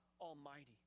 Almighty